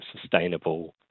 sustainable